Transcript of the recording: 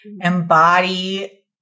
embody